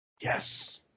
Yes